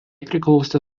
priklausė